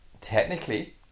Technically